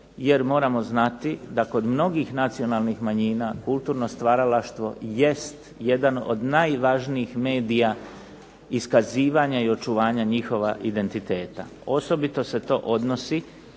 jer moramo znati da kod mnogih nacionalnih manjina kulturno stvaralaštvo jest jedan od najvažnijih medija iskazivanja i očuvanja njihova identiteta. Osobito se to odnosi